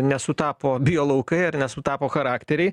nesutapo bio laukai ar nesutapo charakteriai